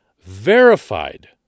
verified